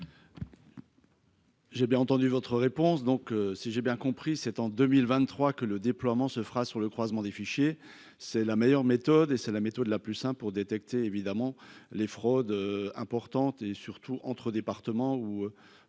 J'ai bien entendu votre réponse donc si j'ai bien compris, c'est en 2023 que le déploiement se fera sur le croisement des fichiers, c'est la meilleure méthode et c'est la méthode la plus sain pour détecter évidemment les fraudes importantes et surtout entre départements où